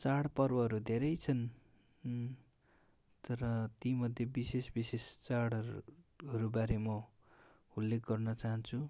चाडपर्वहरू धेरै छन् तर तीमध्ये विशेष विशेष चाडहरूहरूबारे म उल्लेख गर्न चाहन्छु